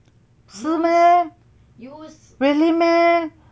是 meh really meh